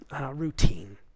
routine